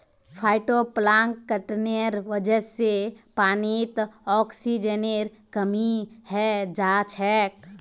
फाइटोप्लांकटनेर वजह से पानीत ऑक्सीजनेर कमी हैं जाछेक